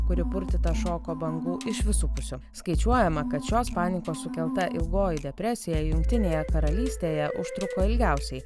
kuri purtyta šoko bangų iš visų pusių skaičiuojama kad šios panikos sukelta ilgoji depresija jungtinėje karalystėje užtruko ilgiausiai